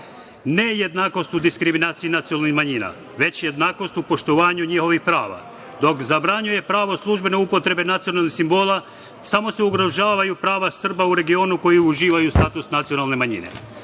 Ne jednakost u diskriminaciji nacionalnih manjina, već jednakost u poštovanju njihovih prava. Dok zabranjuje pravo službene upotrebe nacionalnih simbola, samo se ugrožavaju prava Srba u regiona koji uživaju status nacionalne manjine. Kako